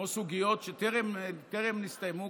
כמו סוגיות שטרם הסתיימו,